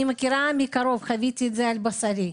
אני מכירה מקרוב, חוויתי את זה על בשרי.